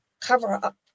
cover-up